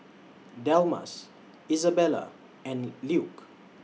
Delmas Isabella and Luke